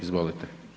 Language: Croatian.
Izvolite.